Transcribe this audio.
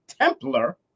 Templar